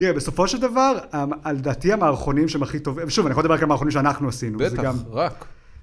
‫תראה, בסופו של דבר, לדעתי המערכונים שהם הכי טובים... ‫שוב, אני יכול לדבר ‫רק על המערכונים שאנחנו עשינו. ‫בטח, רק.